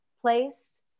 place